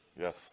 Yes